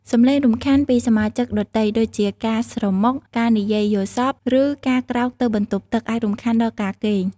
សំឡេងរំខានពីសមាជិកដទៃ ដូចជាការស្រមុក ការនិយាយយល់សប្តិ ឬការក្រោកទៅបន្ទប់ទឹក អាចរំខានដល់ការគេង។